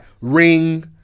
Ring